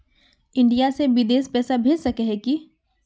India से बिदेश पैसा भेज सके है की?